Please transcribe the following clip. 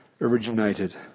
originated